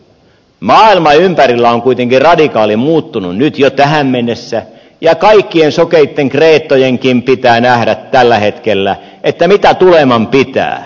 maailma ympärillä on kuitenkin radikaalisti muuttunut nyt jo tähän mennessä ja kaikkien sokeitten kreettojenkin pitää nähdä tällä hetkellä mitä tuleman pitää